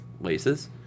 laces